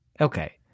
Okay